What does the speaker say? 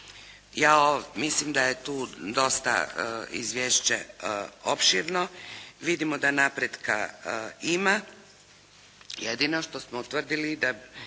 Ja mislim da je tu dosta izvješće opširno. Vidimo da napretka ima. Jedino što smo utvrdili da